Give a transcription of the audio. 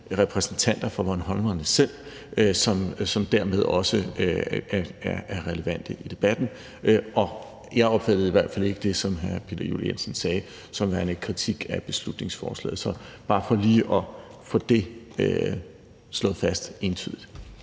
repræsentanter for bornholmerne selv, som dermed også er relevante i debatten. Og jeg opfattede i hvert fald ikke det, som hr. Peter Juel-Jensen sagde, som værende kritik af beslutningsforslaget. Så det er bare lige for at få det slået entydigt